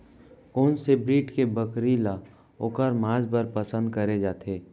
कोन से ब्रीड के बकरी ला ओखर माँस बर पसंद करे जाथे?